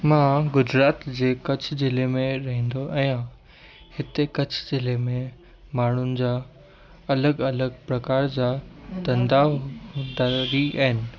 मां गुजरात हे कच्छ जिले में रहेंदो आहियां हिते कच्छ जिले में माण्हूनि जा अलॻि अलॻि प्रकार जा धंधा दअरी आहिनि